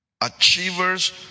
Achievers